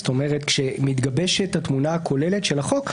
זאת אומרת, כשמתגבשת התמונה הכוללת של החוק.